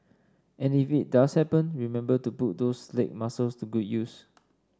and if it does happen remember to put those leg muscles to good use